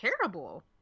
terrible